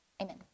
amen